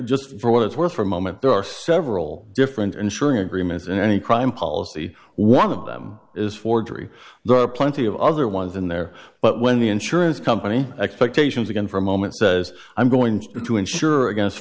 just for what it's worth for a moment there are several different ensuring agreements in any crime policy one of them is forgery there are plenty of other ones in there but when the insurance company expectations again for a moment says i'm going to insure against